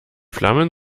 flammen